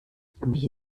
wie